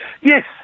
Yes